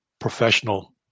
professional